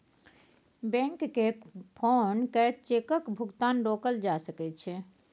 बैंककेँ फोन कए चेकक भुगतान रोकल जा सकै छै